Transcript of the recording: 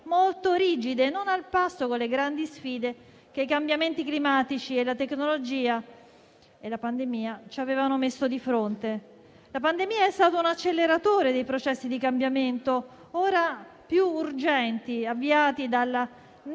rigide, non al passo con le grandi sfide che i cambiamenti climatici e poi la pandemia ci avevano messo di fronte. La pandemia è stata un acceleratore dei processi di cambiamento ora più urgenti, avviati dalla netta